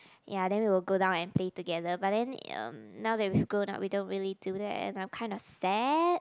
ya then we will go down and play together but then um now that we've grown up we don't really do that and I'm kind of sad